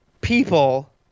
people